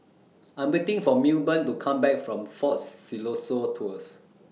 I'm waiting For Milburn to Come Back from Fort Siloso Tours